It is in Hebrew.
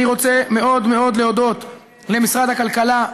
אני רוצה מאוד מאוד להודות למשרד הכלכלה,